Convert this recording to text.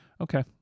okay